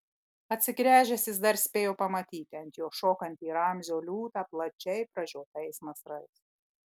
atsigręžęs jis dar spėjo pamatyti ant jo šokantį ramzio liūtą plačiai pražiotais nasrais